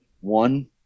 One